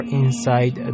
inside